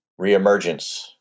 reemergence